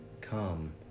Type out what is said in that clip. come